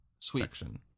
section